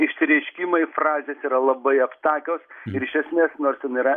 išsireiškimai frazės yra labai aptakios ir iš esmės nors ten yra